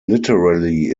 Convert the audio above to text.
literally